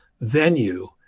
venue